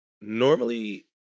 normally